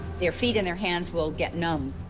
their feet in their hands will get numb.